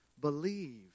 believe